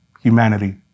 humanity